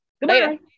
Goodbye